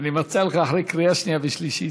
אני מציע לך אחרי קריאה שנייה ושלישית.